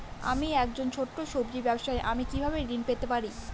আমি একজন ছোট সব্জি ব্যবসায়ী আমি কিভাবে ঋণ পেতে পারি?